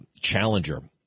challenger